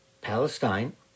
Palestine